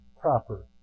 proper